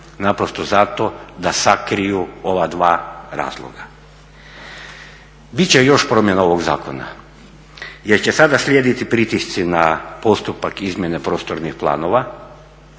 naprosto zato da sakriju ova 2 razloga. Biti će još promjena ovoga zakona jer će sada slijediti pritisci na postupak izmjene prostornih planova,